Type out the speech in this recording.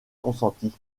consenti